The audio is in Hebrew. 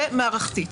זה מערכתי.